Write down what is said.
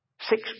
Six